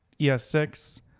ES6